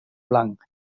blanc